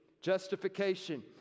justification